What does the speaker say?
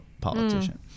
politician